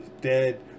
dead